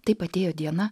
taip atėjo diena